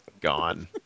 Gone